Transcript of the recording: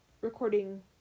recording